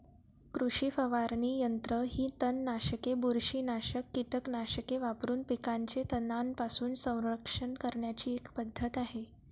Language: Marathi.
कृषी फवारणी यंत्र ही तणनाशके, बुरशीनाशक कीटकनाशके वापरून पिकांचे तणांपासून संरक्षण करण्याची एक पद्धत आहे